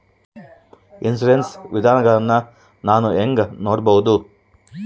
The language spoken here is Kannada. ಇನ್ಶೂರೆನ್ಸ್ ವಿಧಗಳನ್ನ ನಾನು ಹೆಂಗ ನೋಡಬಹುದು?